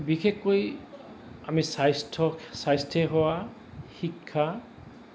বিশেষকৈ আমি স্বাস্থ্য স্বাস্থ্য সেৱা শিক্ষা